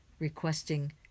requesting